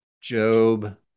Job